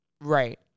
Right